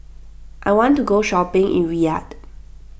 I want to go shopping in Riyadh